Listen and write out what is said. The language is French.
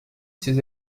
ses